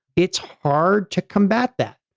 it's hard to combat that.